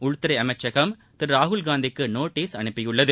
உள்துறை அமைச்சகம் திரு ராகுல்காந்திக்கு நோட்டிஸ் அனுப்பியுள்ளது